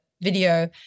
video